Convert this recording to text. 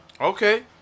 Okay